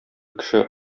кеше